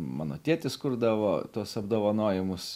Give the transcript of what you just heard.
mano tėtis kurdavo tuos apdovanojimus